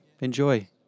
enjoy